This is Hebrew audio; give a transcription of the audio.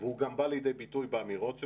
והוא גם בא לידי ביטוי באמירות של